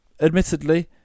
admittedly